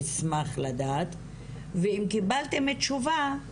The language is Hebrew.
אשמח לדעת ואם קיבלתם תשובה,